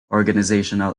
organizational